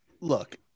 look